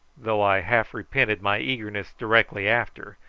though i half repented my eagerness directly after,